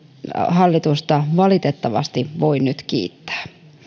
hallitusta valitettavasti voi nyt kiittää